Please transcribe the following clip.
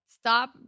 stop